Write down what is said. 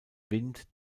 wind